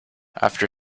after